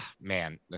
man